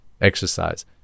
exercise